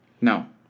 No